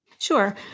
Sure